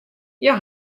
hja